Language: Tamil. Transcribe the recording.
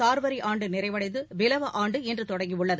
சார்வரி ஆண்டு நிறைவடைந்து பிலவ ஆண்டு இன்று தொடங்கியுள்ளது